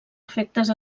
efectes